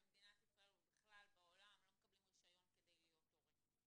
במדינת ישראל ובכלל בעולם לא מקבלים רישיון כדי להיות הורים.